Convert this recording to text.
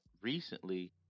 recently